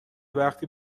وقتی